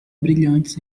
brilhantes